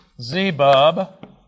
Zebub